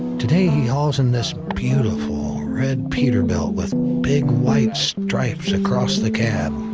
today he hauls in this beautiful red peterbilt with big white stripes across the cab.